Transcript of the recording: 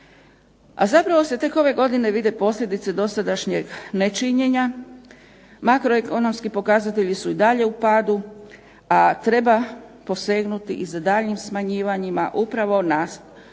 a zapravo se tek ove godine vide posljedice dosadašnjeg nečinjenja. Makroekonomski pokazatelji su i dalje u padu, a treba posegnuti i za daljnjim smanjivanjima upravo na stavkama